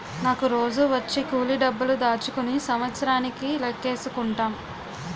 నాకు రోజూ వచ్చే కూలి డబ్బులు దాచుకుని సంవత్సరానికి లెక్కేసుకుంటాం